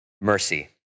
Mercy